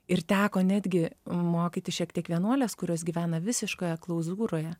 ir teko netgi mokyti šiek tiek vienuoles kurios gyvena visiškoje klauzūroje